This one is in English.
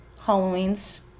Halloween's